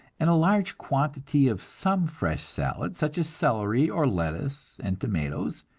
and a large quantity of some fresh salad, such as celery, or lettuce and tomatoes,